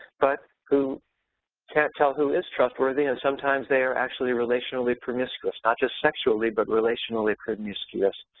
but who can't tell who is trustworthy and sometimes they are actually relationally promiscuous, not just sexually, but relationally promiscuous,